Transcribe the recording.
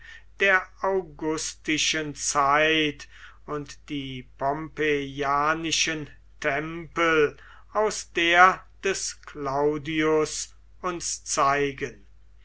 der augustischen zeit und die pompeianischen tempel aus der des claudius uns zeigen